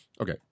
Okay